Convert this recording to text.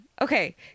Okay